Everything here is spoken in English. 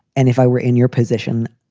and if i were in your position,